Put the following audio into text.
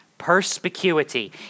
perspicuity